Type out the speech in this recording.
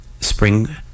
spring